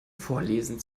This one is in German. vorlesen